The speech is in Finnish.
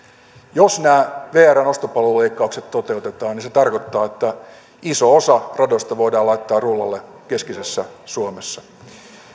jos nämä vrn ostopalveluleikkaukset toteutetaan niin se tarkoittaa että iso osa radoista voidaan laittaa rullalle keskisessä suomessa